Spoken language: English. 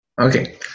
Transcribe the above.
Okay